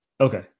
Okay